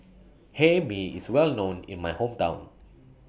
Hae Mee IS Well known in My Hometown